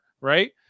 right